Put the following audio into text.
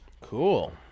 Cool